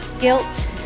guilt